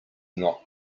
not